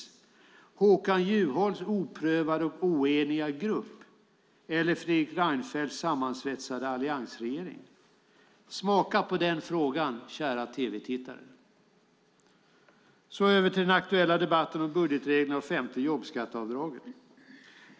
Är det Håkan Juholts oprövade och oeniga grupp eller Fredrik Reinfeldts sammansvetsade alliansregering? Smaka på den frågan, kära tv-tittare! Därefter går jag över till den aktuella debatten om budgetreglerna och det femte jobbskatteavdraget.